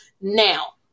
Now